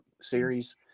series